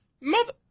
mother